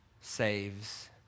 saves